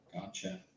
Gotcha